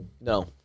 No